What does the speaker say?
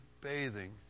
bathing